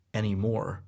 anymore